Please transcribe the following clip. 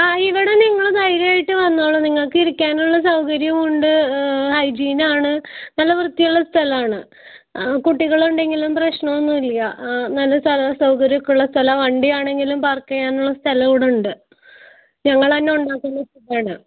ആ ഇവിടെ നിങ്ങൾ ധൈര്യമായിട്ട് വന്നോളൂ നിങ്ങൾക്ക് ഇരിക്കാനുള്ള സൗകര്യവും ഉണ്ട് ഹൈജീൻ ആണ് നല്ല വൃത്തിയുള്ള സ്ഥലം ആണ് കുട്ടികൾ ഉണ്ടെങ്കിലും പ്രശ്നം ഒന്നുമില്ല നല്ല സ്ഥലസൗകര്യം ഒക്കെ ഉള്ള സ്ഥലം വണ്ടി ആണെങ്കിലും പാർക്ക് ചെയ്യാനുള്ള സ്ഥലവും ഇവിടെ ഉണ്ട് ഞങ്ങൾ തന്നെ ഉണ്ടാക്കുന്ന ഫുഡ് ആണ്